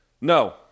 No